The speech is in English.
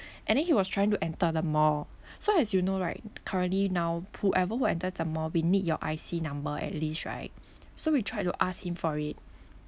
and then he was trying to enter the mall so as you know right currently now whoever who enters the mall we need your I_C number at least right so we tried to ask him for it